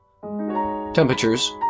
Temperatures